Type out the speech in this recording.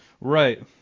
Right